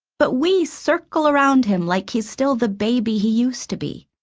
but we circle around him like he's still the baby he used to be.